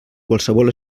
qualsevol